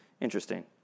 interesting